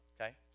okay